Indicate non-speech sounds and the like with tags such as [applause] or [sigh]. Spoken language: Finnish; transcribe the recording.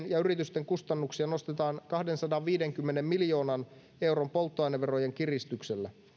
[unintelligible] ja yritysten kustannuksia nostetaan kahdensadanviidenkymmenen miljoonan euron polttoaineverojen kiristyksellä